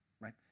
right